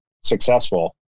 successful